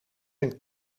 een